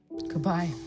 Goodbye